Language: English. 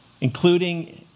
including